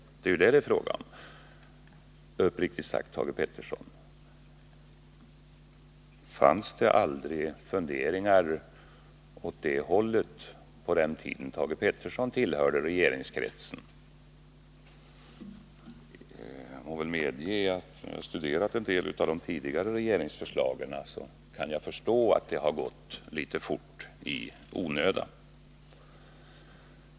Det är ju det som det är fråga om. Fanns det aldrig funderingar åt det hållet på den tid då Thage Peterson tillhörde regeringskretsen? Jag må väl medge att när jag studerat en del av de tidigare regeringsförslagen har jag förstått att det ibland kan ha gått onödigt fort.